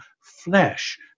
flesh